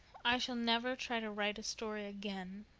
i shall never try to write a story again,